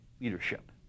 leadership